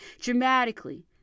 dramatically